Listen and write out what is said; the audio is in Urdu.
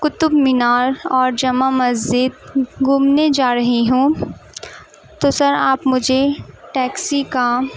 قطب مینار اور جامع مسجد گھومنے جا رہی ہوں تو سر آپ مجھے ٹیکسی کا